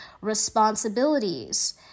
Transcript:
responsibilities